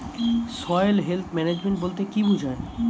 Soil health management বলতে কি বুঝায়?